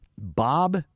Bob